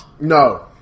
No